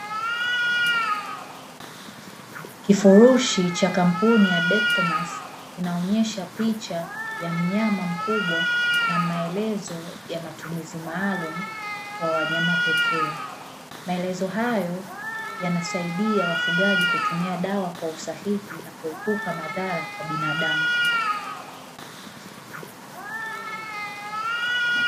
Kifurushi cha kampuni ya "DECTOMAX" inaonyesha picha ya mnyama mkubwa na maelezo ya matumizi maalumu kwa wanyama pekee. Maelezo hayo yanasaidia wafugaji kutumia dawa kwa usahihi na kuepuka madhara kwa binadamu.